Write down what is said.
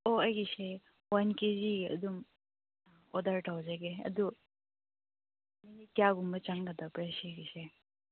ꯑꯣ ꯑꯩꯒꯤꯁꯦ ꯋꯥꯟ ꯀꯦꯖꯤꯒꯤ ꯑꯗꯨꯝ ꯑꯣꯗꯔ ꯇꯧꯖꯒꯦ ꯑꯗꯨ ꯃꯤꯅꯤꯠ ꯀꯌꯥꯒꯨꯝꯕ ꯆꯪꯒꯗꯕ꯭ꯔꯥ ꯁꯤꯒꯤꯁꯦ